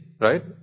right